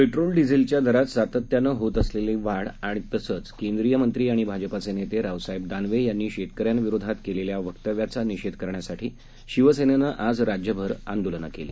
petrol डिझेलच्या दरात सातत्यानं होत असलेल्या वाढ तसंच केंद्रीय मंत्री आणि भाजपाचे नेते राबसाहेब दानवे यांनी शेतकऱ्यांविरोधात केलेल्या वक्तव्याच निषेध करण्यासाठी शिवसेनेनं आज राज्यभर आंदोलनं केली